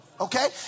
Okay